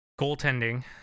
goaltending